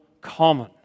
common